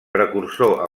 precursor